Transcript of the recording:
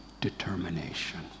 determination